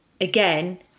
again